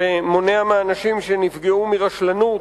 שמונע מאנשים שנפגעו מרשלנות,